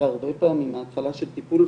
והרבה פעמים ההתחלה של טיפול,